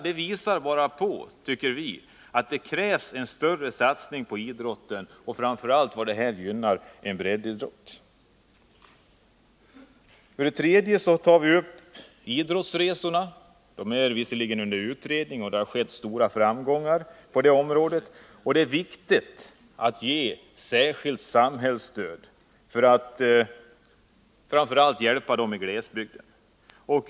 Det visar, tycker vi, att det krävs en större satsning på idrotten — framför allt för att gynna breddidrotten. För det tredje tar vi upp idrottsresorna. De är visserligen under utredning, och det har skett stora framgångar på det området, men vi vill ändå framhålla att det är viktigt att ge särskilt samhällsstöd för att hjälpa framför allt klubbarna i glesbygden.